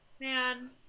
man